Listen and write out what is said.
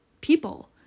people